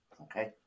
Okay